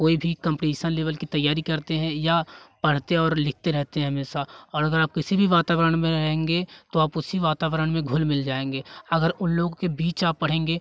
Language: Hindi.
कोई भी कम्पटीसन लेवल की तैयारी करते हैं या पढ़ते और लिखते रहते हमेशा और अगर आप किसी भी वातावरण में रहेंगे तो आप उसी वातावरण में घुल मिल जाएँगे अगर उन लोगों के बीच आप पढ़ेंगे